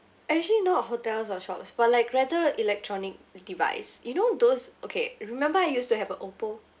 actually not hotels or shops but like rather electronic device you know those okay remember I used to have a Oppo